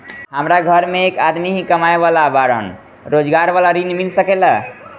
हमरा घर में एक आदमी ही कमाए वाला बाड़न रोजगार वाला ऋण मिल सके ला?